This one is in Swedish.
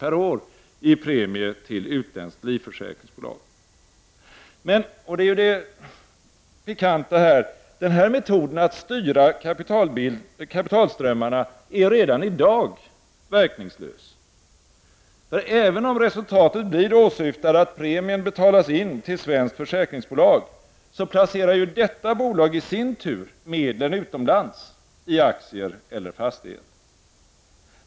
per år i premie till utländskt livförsäkringsbolag. Men denna metod att styra kapitalströmmarna är redan i dag verkningslös. Även om resultatet blir det åsyftade, nämligen att premien betalas in till svenskt försäkringsbolag, placerar detta bolag i sin tur medlen utomlands i aktier eller fastigheter.